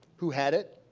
who had it,